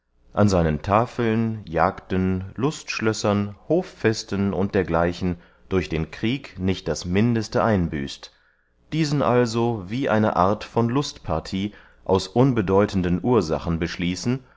an seinen tafeln jagden lustschlössern hoffesten u d gl durch den krieg nicht das mindeste einbüßt diesen also wie eine art von lustparthie aus unbedeutenden ursachen beschließen